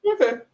Okay